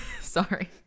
Sorry